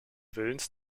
willens